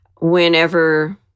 whenever